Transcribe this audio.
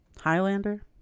Highlander